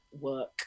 work